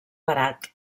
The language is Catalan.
barat